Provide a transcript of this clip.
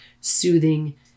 soothing